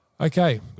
Okay